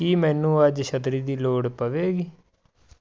ਕੀ ਮੈਨੂੰ ਅੱਜ ਛਤਰੀ ਦੀ ਲੋੜ ਪਵੇਗੀ